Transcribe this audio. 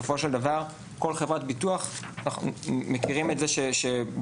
בסופו של דבר אנחנו מכירים את זה שבעולמות